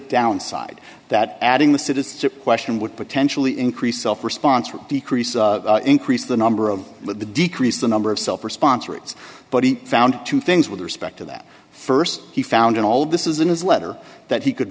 downside that adding the citizenship question would potentially increase off response or decrease or increase the number of the decrease the number of self response rates but he found two things with respect to that first he found in all this is in his letter that he could